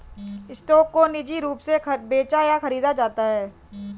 stock को निजी रूप से बेचा या खरीदा जाता है